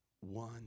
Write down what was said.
One